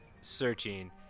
searching